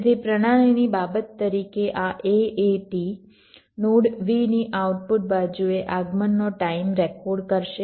તેથી પ્રણાલીની બાબત તરીકે આ AAT નોડ v ની આઉટપુટ બાજુએ આગમનનો ટાઈમ રેકોર્ડ કરશે